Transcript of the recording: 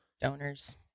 donors